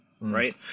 right